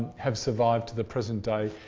have survived to the present day,